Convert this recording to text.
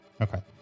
Okay